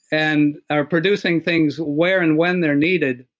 and are producing things where and when they're needed,